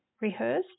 rehearsed